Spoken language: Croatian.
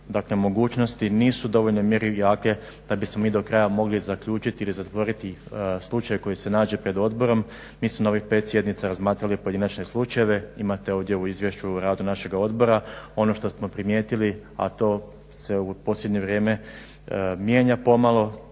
dakle mogućnosti nisu u dovoljnoj mjeri jake da bismo mi do kraja mogli zaključiti ili zatvoriti slučaj koji se nađe pred Odborom. Mi smo na ovih 5 sjednica razmatrali pojedinačne slučajeve. Imate ovdje u izvješću o radu našega Odbora ono što smo primijetili, a to se u posljednje vrijeme mijenja pomalo.